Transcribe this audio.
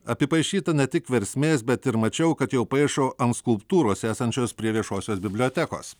apipaišyta ne tik versmės bet ir mačiau kad jau paišo ant skulptūros esančios prie viešosios bibliotekos